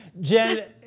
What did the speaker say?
Jen